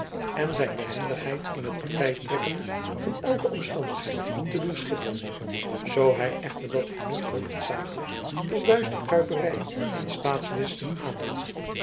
en zijn behendigheid in het partij trekken van elke omstandigheid te doen schitteren zoo hij echter dat vernuft hoofdzakelijk tot duistere kuiperijen en